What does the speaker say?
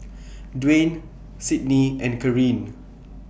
Dwayne Cydney and Caryn